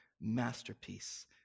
masterpiece